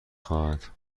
خواهد